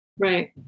Right